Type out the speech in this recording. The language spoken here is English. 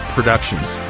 Productions